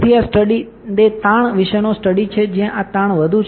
તેથી આ સ્ટડી તે તાણ વિશેનો સ્ટડી છે જ્યાં તાણ વધુ છે